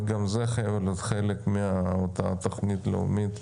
וגם זה חייב להיות חלק מאותה תוכנית לאומית,